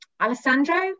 Alessandro